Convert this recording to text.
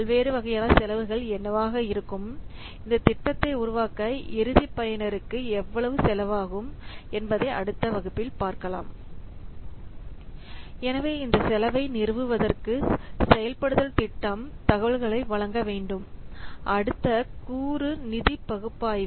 பல்வேறு வகையான செலவுகள் என்னவாக இருக்கும் இந்த திட்டத்தை உருவாக்க இறுதி பயனருக்கு எவ்வளவு செலவாகும் என்பதை அடுத்த வகுப்பில் பார்க்கலாம் எனவே இந்த செலவை நிறுவுவதற்கு செயல்படுதல் திட்டம் தகவல்களை வழங்க வேண்டும் அடுத்த கூறு நிதிபகுப்பாய்வு